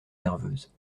nerveuse